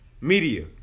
Media